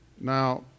Now